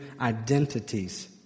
identities